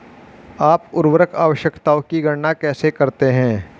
आप उर्वरक आवश्यकताओं की गणना कैसे करते हैं?